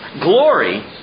Glory